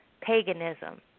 paganism